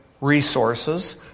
resources